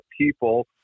people